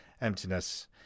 emptiness